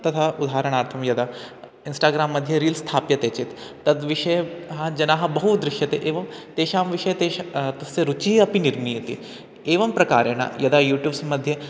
तथा उदाहरणार्थं यदा इन्स्टाग्राम्मध्ये रील्स्थाप्यते चेत् तद्विषये जनाः बहु दृश्यते एवं तेषां विषये तेषां तस्य रुचिः अपि निर्मीयते एवं प्रकारेण यदा यूट्यूब्स्मध्ये